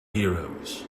heroes